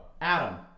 Adam